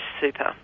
super